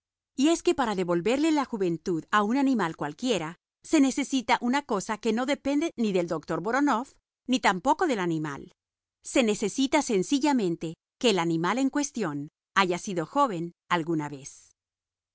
y es que para devolverle la juventud a un animal cualquiera se necesita una cosa que no depende ni del doctor voronof ni tampoco del animal se necesita sencillamente que el animal en cuestión haya sido joven alguna vez